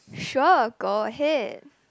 sure go ahead